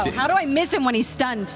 how do i miss him when he's stunned